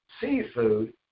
seafood